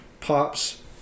pops